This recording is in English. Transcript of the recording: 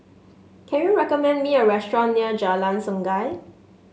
can you recommend me a restaurant near Jalan Sungei